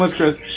um chris.